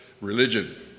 religion